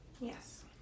Yes